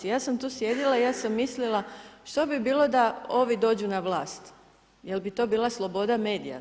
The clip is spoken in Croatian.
Ja sam tu sjedila, ja sam mislila što bi bilo da ovi dođu na vlast, jel' bi to bila sloboda medija?